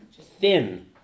thin